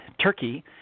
Turkey